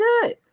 good